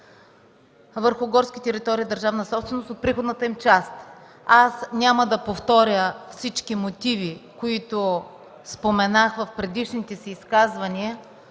върху горска територия – държавна собственост, от приходната им част. Аз няма да повторя всички мотиви, които споменах в предишните си изказвания,